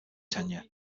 tenure